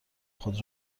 خود